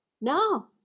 No